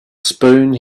spoon